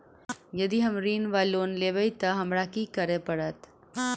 यदि हम ऋण वा लोन लेबै तऽ हमरा की करऽ पड़त?